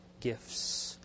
gifts